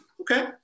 Okay